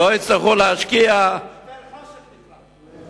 הם לא יצטרכו להשקיע, היטל חושך נקרא לזה.